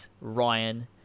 Ryan